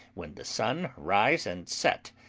when the sun rise and set.